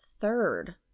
third